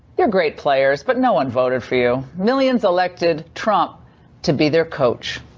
they're great players, but no one voted for you. millions elected trump to be their coach.